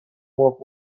مرغ